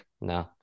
no